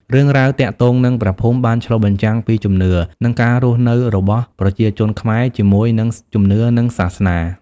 រឿងរ៉ាវទាក់ទងនឹងព្រះភូមិបានឆ្លុះបញ្ចាំងពីជំនឿ និងការរស់នៅរបស់ប្រជាជនខ្មែរជាមួយនឹងជំនឿនិងសាសនា។